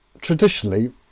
Traditionally